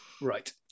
Right